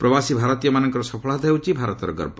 ପ୍ରବାସୀ ଭାରତୀୟମାନଙ୍କର ସଫଳତା ହେଉଛି ଭାରତର ଗର୍ବ